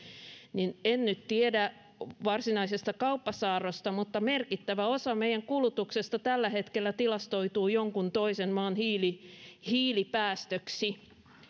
niin niin en nyt tiedä varsinaisesta kauppasaarrosta mutta merkittävä osa meidän kulutuksestamme tällä hetkellä tilastoituu jonkun toisen maan hiilipäästöksi